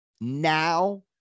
Now